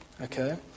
Okay